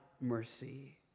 mercy